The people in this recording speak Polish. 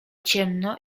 ciemno